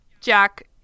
Jack